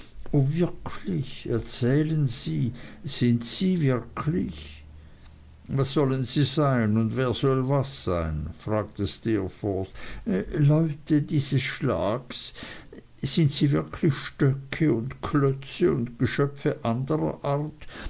wirklich erzählen sie sind sie wirklich was sollen sie sein und wer soll was sein fragte steerforth leute dieses schlages sind sie wirklich stöcke und klötze und geschöpfe anderer art